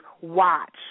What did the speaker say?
watch